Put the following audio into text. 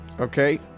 Okay